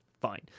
fine